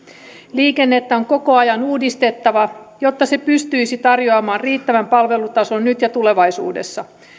liikennettä on koko ajan uudistettava jotta se pystyisi tarjoamaan riittävän palvelutason nyt ja tulevaisuudessa